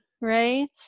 right